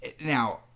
now